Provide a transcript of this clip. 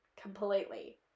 completely